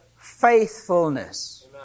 faithfulness